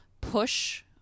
push